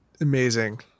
amazing